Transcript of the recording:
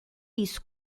isso